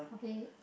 halfway